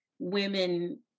women